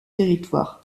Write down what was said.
territoire